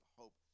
hope